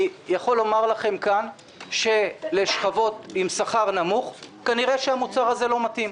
אני יכול לומר לכם כאן שלשכבות עם שכר נמוך כנראה המוצר הזה לא מתאים,